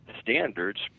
standards